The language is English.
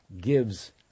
gives